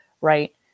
right